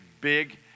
big